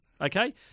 Okay